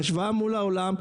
בהשוואה מול העולם,